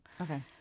Okay